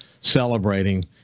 celebrating